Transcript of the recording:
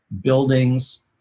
buildings